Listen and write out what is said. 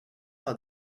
par